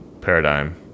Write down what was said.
paradigm